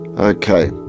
Okay